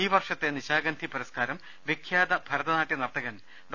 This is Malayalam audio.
ഈ വർഷത്തെ നിശാഗന്ധി പുരസ്കാരം വിഖ്യാത ഭർതനാട്യ നർത്തകൻ ഡോ